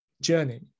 journey